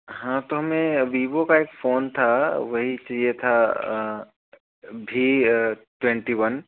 हाँ तो हमें वीवो का एक फ़ोन था वही चाहिए था भी ट्वेंटी वन